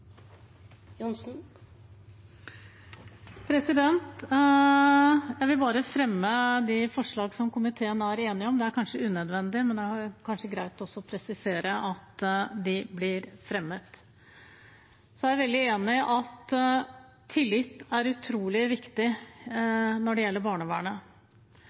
enig om. Det er kanskje unødvendig, men greit å presisere at de blir fremmet. Jeg er veldig enig i at tillit er utrolig viktig når det gjelder barnevernet.